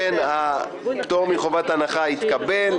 לכן, הפטור מחובת ההנחה התקבל.